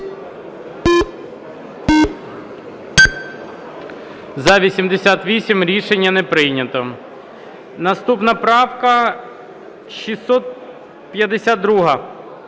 За-88 Рішення не прийнято. Наступна правка 652.